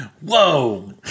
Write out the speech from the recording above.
Whoa